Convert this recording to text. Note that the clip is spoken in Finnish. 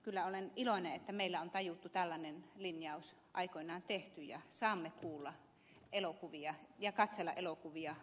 kyllä olen iloinen että meillä on tajuttu tällainen linjaus aikoinaan tehdä ja saamme kuulla ja katsella elokuvia alkuperäiskielillä